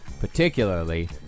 Particularly